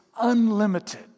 unlimited